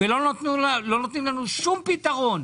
ולא נותנים לנו שום פתרון.